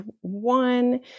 One